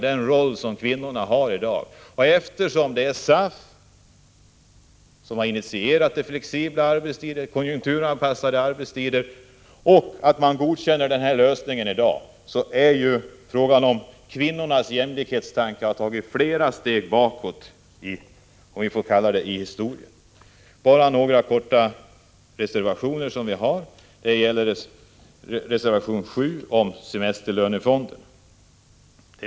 Den roll som kvinnorna i dag har cementeras. Det är SAF som har initierat flexibel arbetstid och konjunkturanpassad arbetstid, och eftersom = Prot. 1985/86:45 detta godkänns i dag är frågan om inte kvinnornas jämlikhet har gått flera 5 december 1985 steg tillbaka. Vpk:s reservation 7 gäller en semesterlönefond.